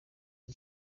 iki